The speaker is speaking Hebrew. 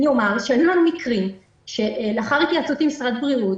היו לנו מקרים שלאחר התייעצות עם משרד הבריאות